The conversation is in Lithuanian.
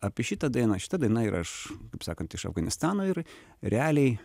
apie šitą dainą šita daina yra iš kaip sakant iš afganistano ir realiai